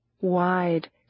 Wide